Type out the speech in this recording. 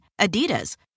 Adidas